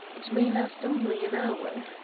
it may last only an hour.